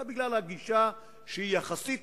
אלא בגלל הגישה שהיא יחסית